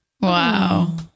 Wow